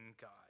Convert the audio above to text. God